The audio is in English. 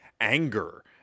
anger